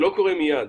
זה לא קורה מיד,